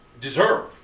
deserve